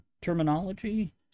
terminology